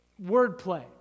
wordplay